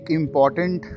important